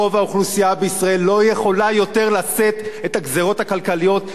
רוב האוכלוסייה בישראל לא יכולה יותר לשאת את הגזירות הכלכליות,